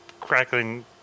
Crackling